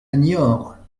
niort